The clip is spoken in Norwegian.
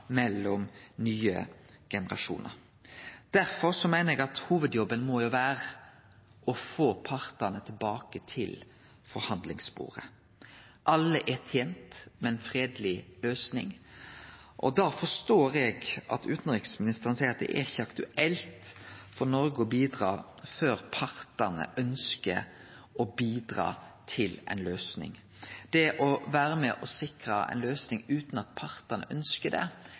mellom nye generasjonar. Derfor meiner eg at hovudjobben må vere å få partane tilbake til forhandlingsbordet. Alle er tente med ei fredeleg løysing. Eg forstår at utanriksministeren seier at det ikkje er aktuelt for Noreg å bidra før partane ønskjer å bidra til ei løysing. Det å vere med og sikre ei løysing utan at partane ønskjer det,